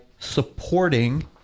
Supporting